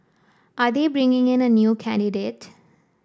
are they bringing in a new candidate